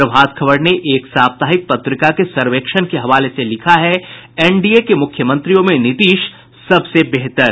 प्रभात खबर ने एक साप्ताहिक पत्रिका के सर्वेक्षण के हवाले से लिखा है एनडीए के मुख्यमंत्रियों में नीतीश सबसे बेहतर